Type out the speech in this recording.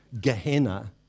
Gehenna